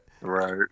Right